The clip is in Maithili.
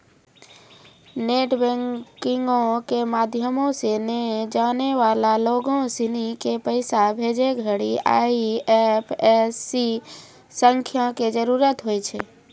नेट बैंकिंगो के माध्यमो से नै जानै बाला लोगो सिनी के पैसा भेजै घड़ि आई.एफ.एस.सी संख्या के जरूरत होय छै